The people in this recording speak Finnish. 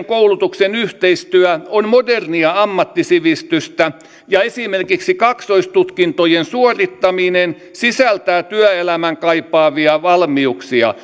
koulutuksen yhteistyö on modernia ammattisivistystä ja esimerkiksi kaksoistutkintojen suorittaminen sisältää työelämän kaipaamia valmiuksia